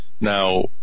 Now